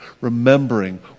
Remembering